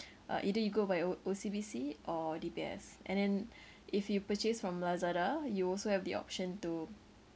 uh either you go by O O_C_B_C or D_B_S and then if you purchase from Lazada you also have the option to